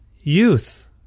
Youth